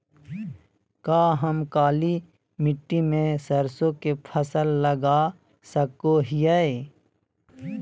का हम काली मिट्टी में सरसों के फसल लगा सको हीयय?